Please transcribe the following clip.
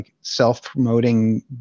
self-promoting